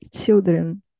children